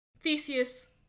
theseus